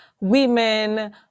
women